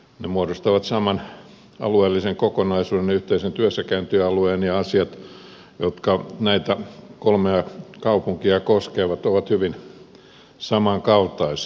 ne muodostavat saman alueellisen kokonaisuuden ja yhteisen työssäkäyntialueen ja asiat jotka näitä kolmea kaupunkia koskevat ovat hyvin samankaltaisia